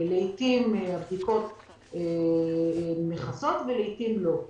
לעיתים, התעריף מכסה את הבדיקות ולעיתים לא.